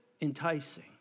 enticing